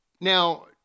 now